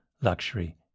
Luxury